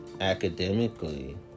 academically